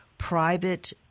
private